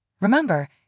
Remember